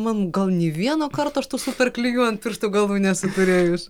man gal nė vieno karto aš tų super klijų ant pirštų galų nesu turėjus